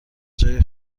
جاهای